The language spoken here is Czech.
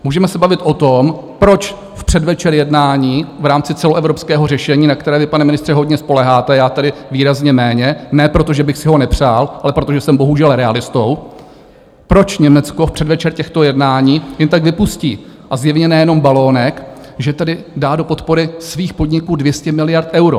Můžeme se bavit o tom, proč v předvečer jednání v rámci celoevropského řešení na které vy, pane ministře, hodně spoléháte, já tedy výrazně méně, ne proto, že bych si ho nepřál, ale protože jsem bohužel realistou proč Německo v předvečer těchto jednání jen tak vypustí, a zjevně ne jenom balonek, že tedy dá do podpory svých podniků 200 miliard eur.